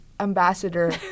Ambassador